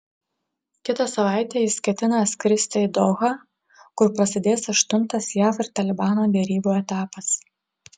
kitą savaitę jis ketina skristi į dohą kur prasidės aštuntas jav ir talibano derybų etapas